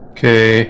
Okay